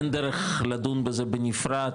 אין דרך לדון בזה בנפרד,